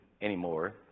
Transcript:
anymore